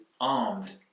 armed